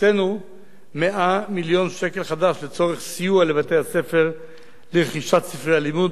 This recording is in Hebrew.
הקצינו 100 מיליון שקל חדש לצורך סיוע לבתי-הספר לרכישת ספרי הלימוד,